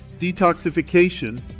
detoxification